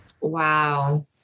Wow